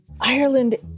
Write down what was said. Ireland